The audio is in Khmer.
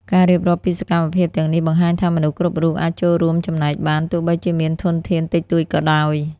ការរៀបរាប់ពីសកម្មភាពទាំងនេះបង្ហាញថាមនុស្សគ្រប់រូបអាចចូលរួមចំណែកបាន ទោះបីជាមានធនធានតិចតួចក៏ដោយ។